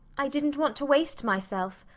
i didn't want to waste myself.